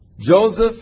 Joseph